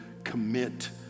commit